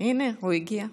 הינה, הוא הגיע.